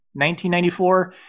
1994